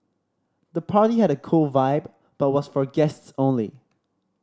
the party had a cool vibe but was for guests only